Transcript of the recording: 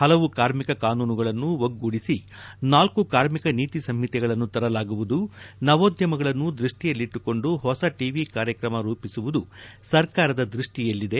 ಹಲವು ಕಾರ್ಮಿಕ ಕಾನೂನುಗಳನ್ನು ಒಗ್ಗೂಡಿಸಿ ನಾಲ್ಕು ಕಾರ್ಮಿಕ ನೀತಿ ಸಂಹಿತೆಗಳನ್ನು ತರಲಾಗುವುದು ನವೋದ್ಯಮಗಳನ್ನು ದೃಷ್ಟಿಯಲ್ಲಿಟ್ಟುಕೊಂದು ಹೊಸ ಟಿವಿ ಕಾರ್ಯಕ್ರಮ ರೂಪಿಸುವುದು ಸರ್ಕಾರದ ದೃಷ್ಟಿಯಲ್ಲಿದೆ